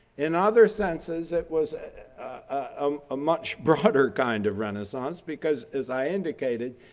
in other sense is it was um a much broader kind of renaissance because as i indicated,